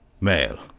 Male